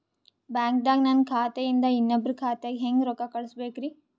ಬ್ಯಾಂಕ್ದಾಗ ನನ್ ಖಾತೆ ಇಂದ ಇನ್ನೊಬ್ರ ಖಾತೆಗೆ ಹೆಂಗ್ ರೊಕ್ಕ ಕಳಸಬೇಕ್ರಿ?